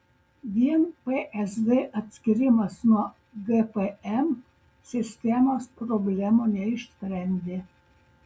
vien psd atskyrimas nuo gpm sistemos problemų neišsprendė